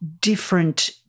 different